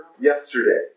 yesterday